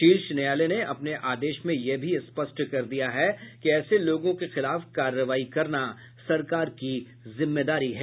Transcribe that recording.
शीर्ष न्यायालय ने अपने आदेश में यह भी स्पष्ट कर दिया है कि ऐसे लोगों के खिलाफ कार्रवाई करना सरकार की जिम्मेदारी है